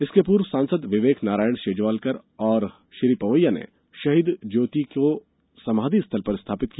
इसके पूर्व सांसद विवेक नारायण शेजवलकर और श्री पवैया ने शहीद ज्योति को समाधि स्थल पर स्थापित किया